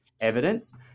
evidence